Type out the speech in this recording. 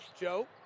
Joe